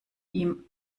ihm